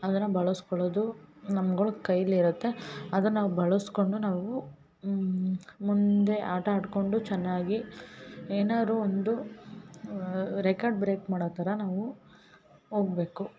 ಅದನ್ನ ಬಳಸ್ಕೊಳೋದು ನಮ್ಗಳ ಕೈಲಿ ಇರುತ್ತೆ ಅದನ್ನ ನಾವು ಬಳಸ್ಕೊಂಡು ನಾವು ಮುಂದೆ ಆಟ ಆಡ್ಕೊಂಡು ಚೆನ್ನಾಗಿ ಏನಾರು ಒಂದು ರೆಕಾರ್ಡ್ ಬ್ರೇಕ್ ಮಾಡೋ ಥರ ನಾವು ಹೋಗ್ಬೇಕು